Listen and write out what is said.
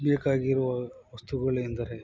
ಬೇಕಾಗಿರುವ ವಸ್ತುಗಳೆಂದರೆ